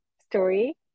story